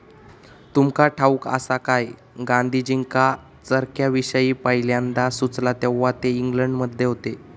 तुमका ठाऊक आसा काय, गांधीजींका चरख्याविषयी पयल्यांदा सुचला तेव्हा ते इंग्लंडमध्ये होते